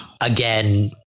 again